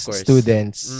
students